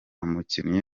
mukinnyi